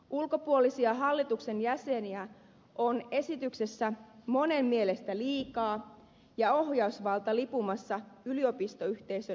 ulkopuolisia hallituksen jäseniä on esityksessä monen mielestä liikaa ja ohjausvalta lipumassa yliopistoyhteisön ulkopuolelle